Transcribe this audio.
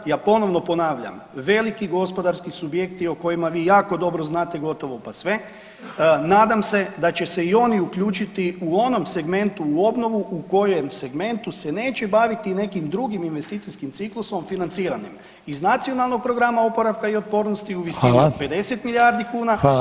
Ja ponovno ponavljam, veliki gospodarski subjekti o kojima vi jako dobro znate gotovo pa sve, nadam se da će se i oni uključiti u onom segmentu u obnovu u kojem segmentu se neće baviti nekim drugim investicijskim ciklusom financiranim iz Nacionalnog programa oporavka i otpornosti u visini od 50 milijardi kuna